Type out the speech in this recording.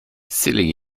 silly